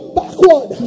backward